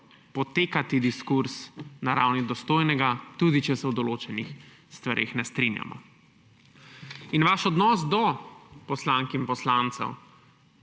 potekati diskurz na ravni dostojnega, tudi če se o določenih stvareh ne strinjamo. Vaš odnos do poslank in poslancev,